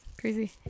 crazy